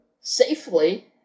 safely